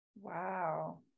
wow